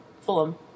Fulham